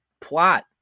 plot